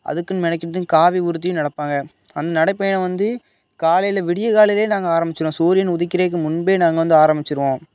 அதுக்குன்னு மெனக்கிட்டு காவி உடுத்தியும் நடப்பாங்க அந்த நடைபயணம் வந்து காலையில் விடியல் காலைலேயே நாங்கள் ஆரமிச்சிடுவோம் சூரியன் உதிக்கிறக்கு முன்பே நாங்கள் வந்து ஆரமிச்சிடுவோம்